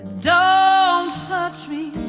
don't touch me